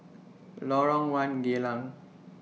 Lorong one Geylang